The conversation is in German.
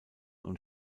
und